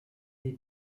des